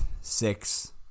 six